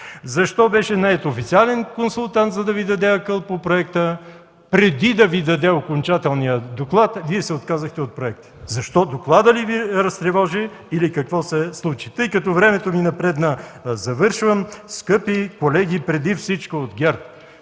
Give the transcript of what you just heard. Защо беше нает официален консултант, за да Ви даде акъл по проекта? Преди да Ви даде окончателния доклад, Вие се отказахте от проекта! Защо?! Докладът ли Ви разтревожи, или какво се случи? Тъй като времето ми напредна, завършвам. Скъпи колеги, преди всичко от ГЕРБ,